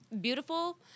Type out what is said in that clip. beautiful